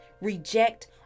reject